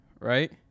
right